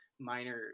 minor